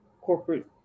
corporate